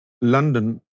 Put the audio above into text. London